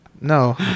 No